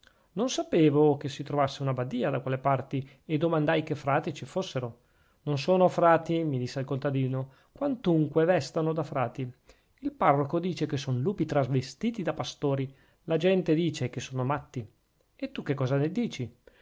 non sapevo che si trovasse una badìa da quelle parti e domandai che frati ci fossero non son frati mi disse il contadino quantunque vestano da frati il parroco dice che son lupi travestiti da pastori la gente dice che son matti e tu che cosa ne dici